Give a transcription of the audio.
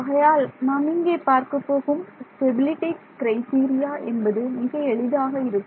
ஆகையால் நாம் இங்கே பார்க்கப் போகும் ஸ்டெபிலிட்டி க்ரைடீரியா என்பது மிக எளிதாக இருக்கும்